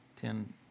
ten